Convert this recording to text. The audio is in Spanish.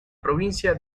provincia